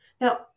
now